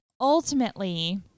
ultimately